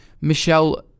Michelle